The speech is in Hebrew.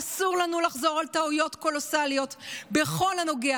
אסור לנו לחזור על טעויות קולוסליות בכל הנוגע